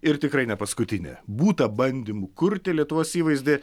ir tikrai nepaskutinė būta bandymų kurti lietuvos įvaizdį